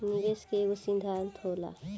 निवेश के एकेगो सिद्धान्त होला